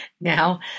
Now